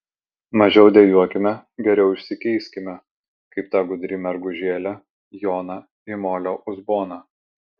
mažiau dejuokime geriau išsikeiskime kaip ta gudri mergužėlė joną į molio uzboną